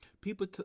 people